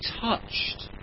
touched